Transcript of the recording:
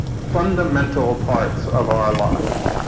fundamental parts of our lives.